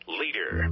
leader